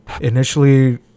Initially